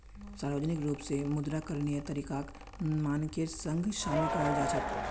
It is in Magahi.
सार्वजनिक रूप स मुद्रा करणीय तरीकाक मानकेर संग शामिल कराल जा छेक